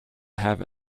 have